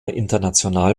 international